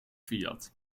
fiat